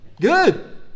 Good